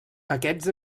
aquests